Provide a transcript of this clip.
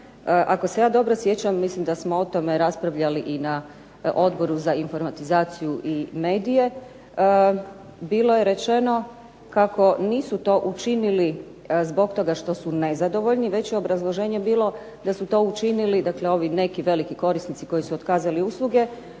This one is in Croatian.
ako se ja dobro sjećam mislim da smo o tome raspravljali i na Odboru za informatizaciju i medije, bilo je rečeno kako nisu to učinili zbog toga što su nezadovoljni, već je obrazloženje bilo da su to učinili, dakle ovi neki veliki korisnici koji su otkazali usluge,